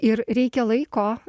ir reikia laiko